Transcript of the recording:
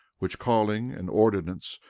which calling, and ordinance,